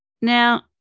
Now